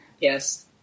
yes